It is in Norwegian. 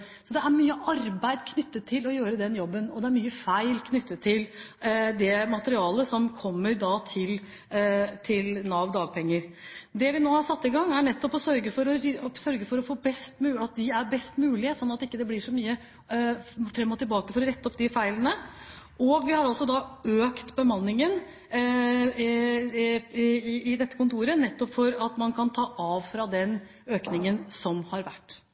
så det er mye arbeid når det gjelder den jobben, og det er mange feil knyttet til det materialet som kommer til Nav Dagpenger. Det vi nå har satt i gang, er nettopp å sørge for at de er best mulig, slik at det ikke blir så mye fram og tilbake for å rette opp feil. Vi har også økt bemanningen ved dette kontoret, nettopp for at man kan minske den økningen som har vært.